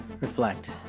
reflect